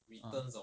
ah